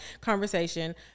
conversation